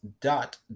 dot